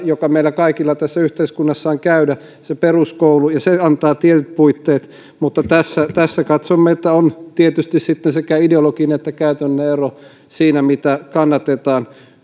joka meillä kaikilla tässä yhteiskunnassa on käydä se peruskoulu ja se antaa tietyt puitteet mutta tässä tässä katsomme että on tietysti sitten sekä ideologinen että käytännöllinen ero siinä mitä kannatetaan